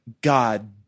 God